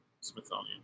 Smithsonian